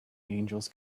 angels